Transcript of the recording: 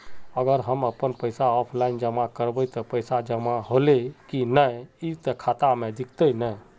अगर हम अपन पैसा ऑफलाइन जमा करबे ते पैसा जमा होले की नय इ ते खाता में दिखते ने?